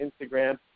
Instagram